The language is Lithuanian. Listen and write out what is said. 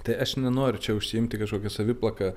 tai aš nenoriu čia užsiimti kažkokia saviplaka